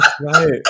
right